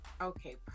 Okay